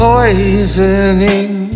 Poisoning